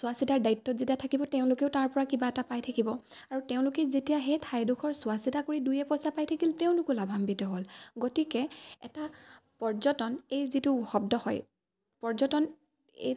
চোৱা চিতাৰ দায়িত্বত যেতিয়া থাকিব তেওঁলোকেও তাৰপৰা কিবা এটা পাই থাকিব আৰু তেওঁলোকে যেতিয়া সেই ঠাইডোখৰ চোৱা চিতা কৰি দুই এপইচা পাই থাকিল তেওঁলোকো লাভাম্বিত হ'ল গতিকে এটা পৰ্যটন এই যিটো শব্দ হয় পৰ্যটন এই